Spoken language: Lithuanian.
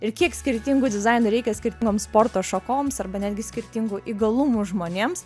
ir kiek skirtingų dizainų reikia skirti toms sporto šakoms arba netgi skirtingų įgalumų žmonėms